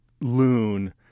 loon